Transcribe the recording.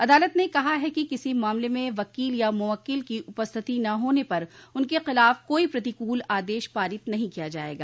अदालत ने कहा है कि किसी मामले में वकील या मुवक्किल की उपस्थिति न होने पर उनके खिलाफ कोई प्रतिकूल आदेश पारित नहीं किया जायेगा